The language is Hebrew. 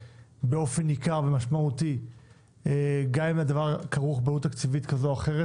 באופן ניכר ומשמעותי גם אם הדבר כרוך בעלות תקציבית כזאת או אחרת.